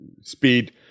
speed